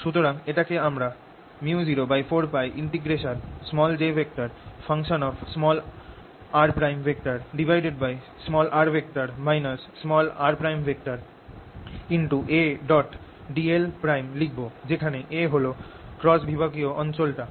সুতরাং এটাকে আমরা µ04πjrr rAdl লিখব যেখানে A হল সেই ক্রস বিভাগীয় অঞ্চল টা